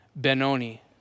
Benoni